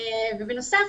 בנוסף,